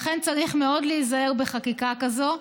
לכן, צריך מאוד להיזהר בחקיקה כזאת.